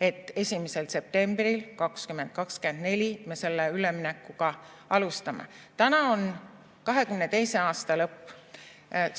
et 1. septembril 2024 me seda üleminekut alustame. Praegu on 2022. aasta lõpp.